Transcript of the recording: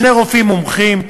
שני רופאים מומחים,